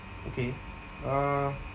okay uh